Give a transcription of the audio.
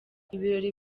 ibirori